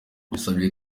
yasabye